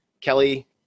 Kelly